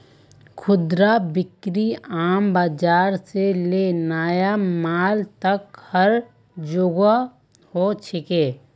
खुदरा बिक्री आम बाजार से ले नया मॉल तक हर जोगह हो छेक